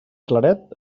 claret